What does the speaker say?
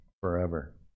forever